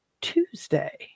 Tuesday